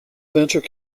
venture